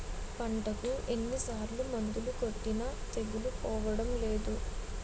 పంటకు ఎన్ని సార్లు మందులు కొట్టినా తెగులు పోవడం లేదు